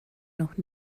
noch